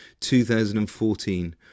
2014